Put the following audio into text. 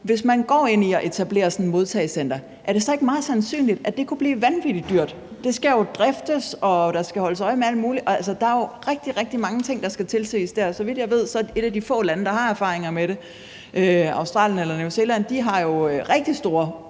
i det her med at etablere sådan et modtagecenter, ikke er meget sandsynligt, at det kunne blive vanvittig dyrt. Det skal jo driftes, og der skal holdes øje med alt muligt. Altså, der er jo rigtig, rigtig mange ting, der skal tilses. Så vidt jeg ved, har de få lande, der har erfaringer med det, Australien eller New Zealand, rigtig store